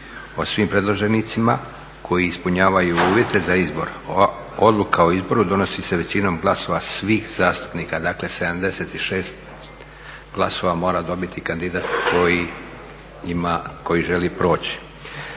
o svim predloženicima koji ispunjavaju uvjete za izbor. Odluka o izboru donosi se većinom glasova svih zastupnika, dakle 76 glasova mora dobiti kandidat koji želi proći.